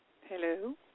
Hello